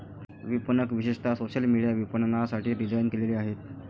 विपणक विशेषतः social media विपणनासाठी डिझाइन केलेले आहेत